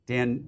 Dan